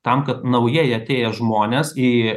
tam kad naujai atėję žmonės į